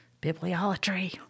bibliolatry